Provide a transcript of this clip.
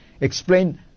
explain